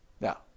Now